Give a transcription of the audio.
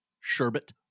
sherbet